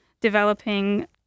developing